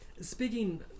Speaking